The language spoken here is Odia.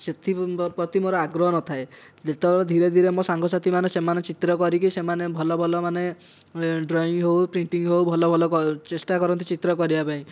ସେଥିପ୍ରତି ମୋର ଆଗ୍ରହ ନଥାଏ ଯେତେବେଳେ ଧୀରେ ଧୀରେ ମୋ ସାଙ୍ଗସାଥିମାନେ ସେମାନେ ଚିତ୍ର କରିକି ସେମାନେ ଭଲ ଭଲ ମାନେ ଡ୍ରଇଂ ହେଉ ପେଣ୍ଟିଙ୍ଗ୍ ହେଉ ଭଲ ଭଲ ଚେଷ୍ଟା କରନ୍ତି ଚିତ୍ର କରିବା ପାଇଁ